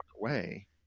away